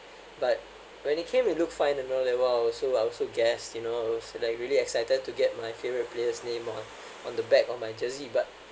but when it came it look fine and no label on so I also guess you know it's like really excited to get my favourite player's name on on the back on my jersey but